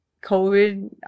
COVID